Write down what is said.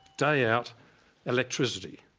day out electricity.